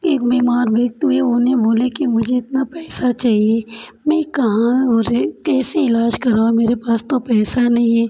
एक बीमार व्यक्ति है उन्हें बोला कि मुझे इतना पैसा चाहिए मैं कहाँ और कैसे इलाज करवाऊँ मेरे पास तो पैसा नहीं है